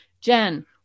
Jen